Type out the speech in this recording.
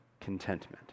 contentment